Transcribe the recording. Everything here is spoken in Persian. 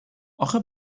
اخه